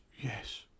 Yes